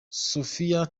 sophie